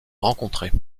rencontrées